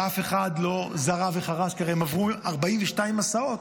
ואף אחד לא זרע וחרש, טרם עברו 42 מסעות.